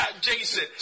Jason